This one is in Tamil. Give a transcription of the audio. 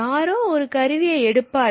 யாரோ ஒரு கருவியை எடுப்பார்கள்